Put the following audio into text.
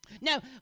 Now